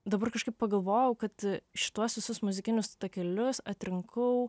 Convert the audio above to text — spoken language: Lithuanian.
dabar kažkaip pagalvojau kad šituos visus muzikinius takelius atrinkau